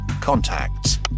contacts